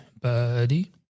buddy